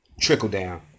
Trickle-down